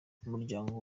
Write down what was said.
umuryango